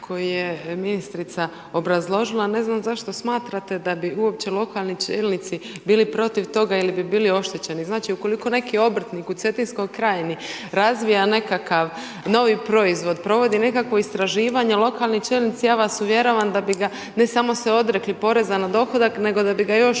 koje je ministrica obrazložila, ne znam, zašto smatrate, da bi uopće lokalni čelnici bili protiv toga ili bi bili oštećeni. Znači, ukoliko neki obrtnik u Cetinskoj krajnji razvija nekakav novi proizvod, provodi nekakvo istraživanje, lokalni čelnici, ja vas uvjeravam, da bi ga ne samo se odrekli poreza na dohodak, nego da bi ga još